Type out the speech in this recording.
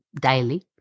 daily